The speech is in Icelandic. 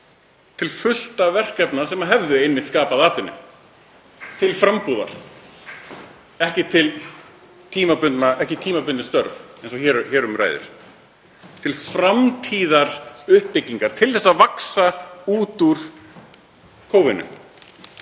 fullt af verkefnum sem hefðu skapað atvinnu til frambúðar, ekki tímabundin störf eins og hér um ræðir, til framtíðaruppbyggingar til að vaxa út úr kófinu,